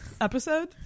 Episode